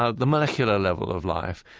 ah the molecular level of life.